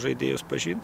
žaidėjus pažint